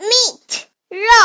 Meat,肉